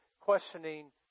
questioning